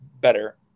better